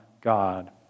God